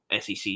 SEC